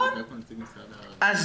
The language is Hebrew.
אני